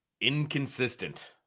Inconsistent